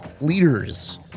leaders